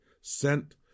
Sent